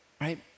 right